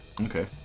okay